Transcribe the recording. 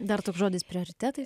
dar toks žodis prioritetai